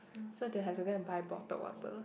so they have to go buy bottled water